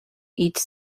each